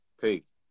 Peace